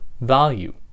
value